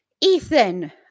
Ethan